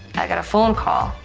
i got a phone call.